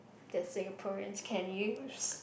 that Singaporeans can use